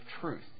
truth